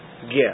gift